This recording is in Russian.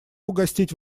угостить